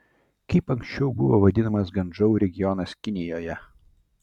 kaip anksčiau buvo vadinamas guangdžou regionas kinijoje